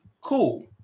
cool